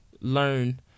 learn